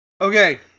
Okay